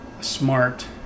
smart